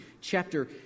chapter